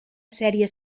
sèrie